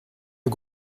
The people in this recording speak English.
you